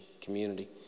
community